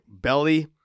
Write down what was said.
belly